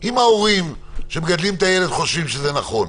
אם ההורים שמגדלים את הילד חושבים שזה נכון,